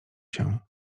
się